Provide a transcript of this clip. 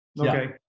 Okay